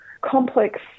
complex